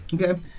Okay